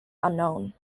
unknown